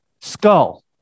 skull